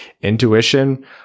intuition